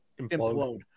implode